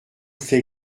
fais